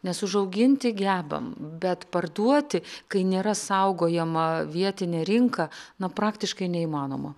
nes užauginti gebam bet parduoti kai nėra saugojama vietinė rinka nu praktiškai neįmanoma